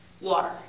water